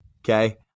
Okay